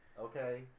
Okay